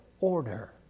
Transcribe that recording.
order